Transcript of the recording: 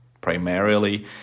primarily